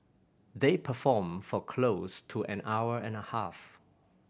they performed for close to an hour and a half